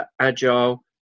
agile